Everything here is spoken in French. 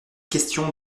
question